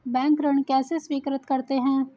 Bank ऋण कैसे स्वीकृत करते हैं?